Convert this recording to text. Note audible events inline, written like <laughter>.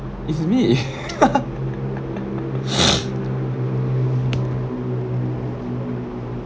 is me <laughs>